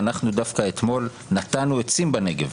ואנחנו דווקא אתמול נטענו עצים בנגב.